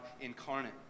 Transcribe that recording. incarnate